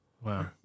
Wow